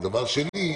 ודבר שני,